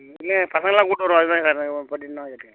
இல்லை ஏன் பசங்கள்லாம் கூப்பிட்டு வருவேன் அதுக்குதான் கேட்டேன்